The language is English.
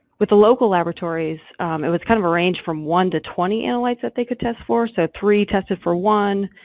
with the local laboratories it was kind of a range from one to twenty analytes that they could test for, so three tested for one,